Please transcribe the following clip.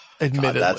Admittedly